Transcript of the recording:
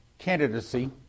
candidacy